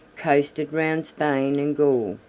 coasted round spain and gaul,